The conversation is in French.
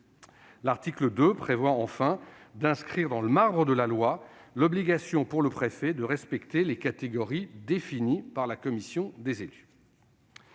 L'article 2 vise par ailleurs à inscrire dans le marbre de la loi l'obligation pour le préfet de respecter les catégories définies par la commission des élus.